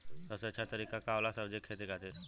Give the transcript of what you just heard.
सबसे अच्छा तरीका का होला सब्जी के खेती खातिर?